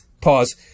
pause